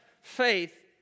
faith